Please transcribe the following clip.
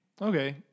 Okay